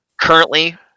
Currently